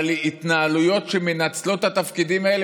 אבל התנהלויות שמנצלות את התפקידים האלה,